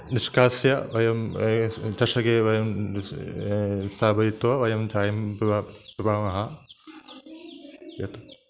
निष्कास्य वयं चषके वयं स्थापयित्वा वयं चायं पिबामः पिबामः यत्